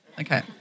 Okay